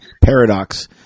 paradox